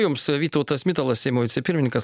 jums vytautas mitalas seimo vicepirmininkas